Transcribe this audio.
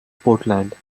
portland